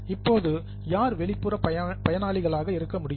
இப்போது யார் வெளிப்புற பயனாளிகளாக இருக்க முடியும்